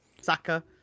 Saka